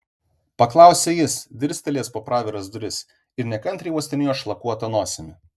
paklausė jis dirstelėjęs pro praviras duris ir nekantriai uostinėjo šlakuota nosimi